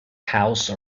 house